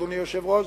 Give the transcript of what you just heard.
אדוני היושב-ראש,